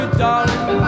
darling